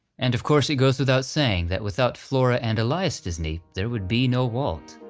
and of course it goes without saying that without flora and elias disney, there would be no walt.